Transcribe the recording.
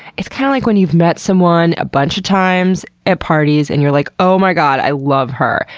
it's kind of like when you've met someone a bunch of times at parties and you're like, oh my god i love her!